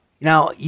Now